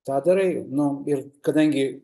tą darai nu ir kadangi